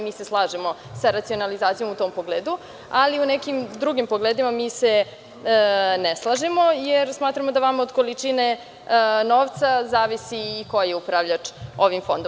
Mi se slažemo sa racionalizacijom u tom pogledu, ali u nekim drugim pogledima mi se ne slažemo, jer smatramo da vama od količine novca zavisi i ko je upravljač ovim Fondom.